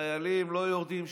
החיילים לא יורדים שם,